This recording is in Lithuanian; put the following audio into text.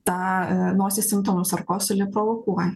tą nosį simptomus ar kosulį provokuoja